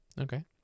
Okay